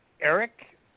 Eric